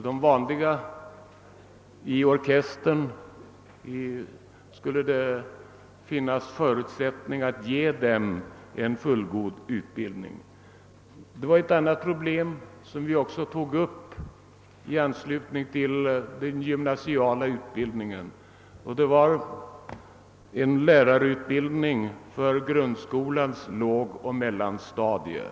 De vanliga orkestermusikerna skulle det emellertid finnas förutsättning att ge en fullgod utbildning. Kommittén tog också upp ett annat problem i anslutning till den gymnasiala utbildningen, nämligen frågan om musiklärarutbildning för grundskolans lågoch mellanstadium.